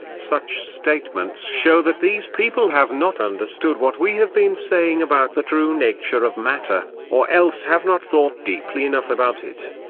such statements show that these people have not understood what we have been saying about the true nature of matter, or else have not thought deeply enough about it.